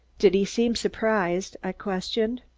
did he seem surprised? i questioned.